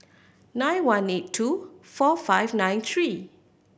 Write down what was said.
nine one eight two four five nine three